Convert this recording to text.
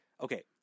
okay